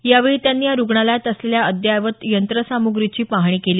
यावेळी त्यांनी या रुग्णालयात असलेल्या अद्ययावत यंत्रसामुग्रीची पाहणी केली